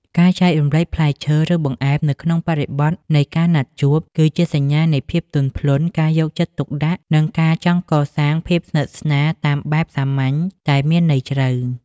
ការចែករំលែកផ្លែឈើ ឬបង្អែមនៅក្នុងបរិបទនៃការណាត់ជួប គឺជាសញ្ញានៃភាពទន់ភ្លន់ ការយកចិត្តទុកដាក់ និងការចង់កសាងភាពស្និទ្ធស្នាលតាមបែបសាមញ្ញតែមានន័យជ្រៅ។